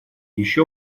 еще